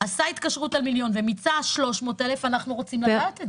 עשה התקשרות על מיליון ומיצה 300,000 אנחנו רוצים לדעת את זה.